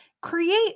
Create